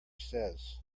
says